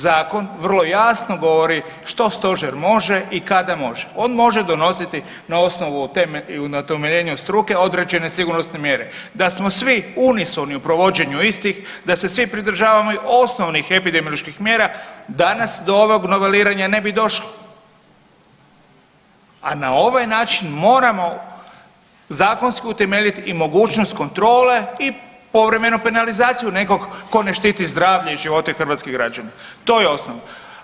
Zakon vrlo jasno govori što stožer može i kada može, on može donositi na osnovu i na temeljenju struke određene sigurnosne mjere, da smo svi unisoni u provođenju istih, da se svi pridržavamo osnovnih epidemioloških mjera danas do ovog noveliranja na bi došlo, a na ovaj način moramo zakonski utemeljit i mogućnost kontrole i povremeno penalizaciju nekog ko ne štiti zdravlja i živote hrvatskih građana, to je osnovno.